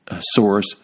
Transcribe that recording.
source